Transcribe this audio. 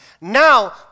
Now